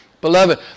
Beloved